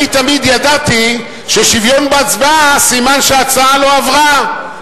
אני תמיד ידעתי ששוויון בהצבעה סימן שההצעה לא עברה,